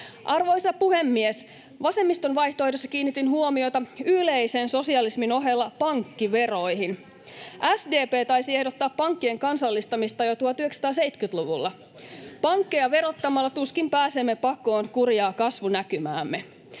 Arvoisa puhemies! Vasemmiston vaihtoehdossa kiinnitin huomiota yleisen sosialismin ohella pankkiveroihin. SDP taisi ehdottaa pankkien kansallistamista jo 1970-luvulla. Pankkeja verottamalla tuskin pääsemme pakoon kurjaa kasvunäkymäämme.